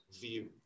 view